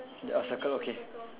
the oh circle okay